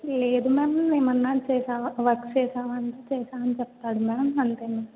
లేదు మ్యామ్ ఏమన్న చేశావా వర్క్ చేశావా అంటే చేశా అని చెప్తాడు మేడమ్ అంతే మేడమ్